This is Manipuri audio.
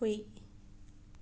ꯍꯨꯏ